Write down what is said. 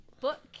book